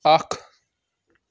اکھ